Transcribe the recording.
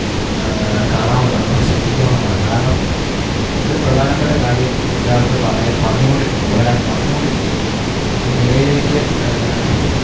കാണാവുന്നതാണ് നമുക്ക് ശ്രദ്ധിക്കാവുന്നതാണ് കാരണം ഒരു പ്രധാനപ്പെട്ട കാര്യം ഒരാള്ക്കു പറയ് പറഞ്ഞു കൊണ്ടിരിക്കുമ്പോള് ഒരാള് പറഞ്ഞു കൊണ്ടിരിക്കുമ്പോള് അതിനിടയിലേക്ക്